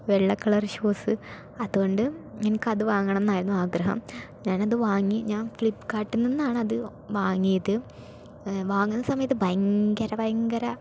വെള്ള colour shoes അതുകൊണ്ട് എനിക്ക് അത് വാങ്ങണമെന്നായിരുന്നു ആഗ്രഹം ഞാനത് വാങ്ങി ഞാൻ ഫ്ലിപ്കാർട്ടിൽ നിന്നാണ് അത് വാങ്ങിയത് വാങ്ങുന്ന സമയത്ത് ഭയങ്കര ഭയങ്കര